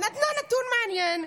ונתנה נתון מעניין,